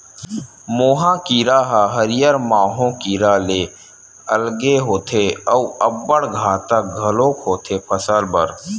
मोहा कीरा ह हरियर माहो कीरा ले अलगे होथे अउ अब्बड़ घातक घलोक होथे फसल बर